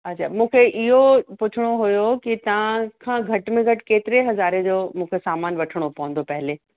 अच्छा मूंखे इहो पुछिणो हुयो की तव्हां खां घट में घटि केतिरे हज़ारे जो मूंखे सामान वठिणो पवंदो पहिले